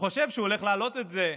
חושב שהוא הולך להעלות את זה לקבינט,